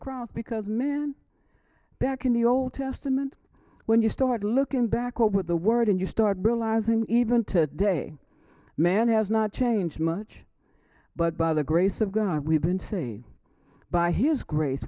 cross because men back in the old testament when you start looking back over the word and you start brutalizing even to day man has not changed much but by the grace of god we have been saved by his grace